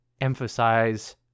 emphasize